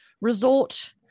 resort